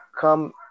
come